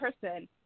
person